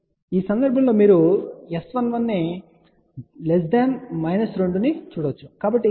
కాబట్టి ఈ సందర్భంలో మీరు మళ్ళీ S11 2 ను చూడవచ్చు కాబట్టి ఇది S11